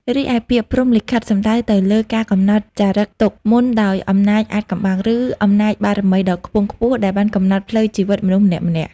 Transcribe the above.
រីឯពាក្យ ព្រហ្មលិខិត សំដៅទៅលើការកំណត់ចារិកទុកមុនដោយអំណាចអាថ៌កំបាំង ឬអំណាចបារមីដ៏ខ្ពង់ខ្ពស់ ដែលបានកំណត់ផ្លូវជីវិតមនុស្សម្នាក់ៗ។